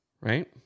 Right